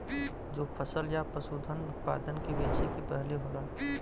जो फसल या पसूधन उतपादन के बेचे के पहले होला